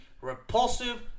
repulsive